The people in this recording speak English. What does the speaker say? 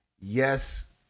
Yes